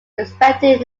respecting